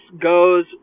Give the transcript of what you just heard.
goes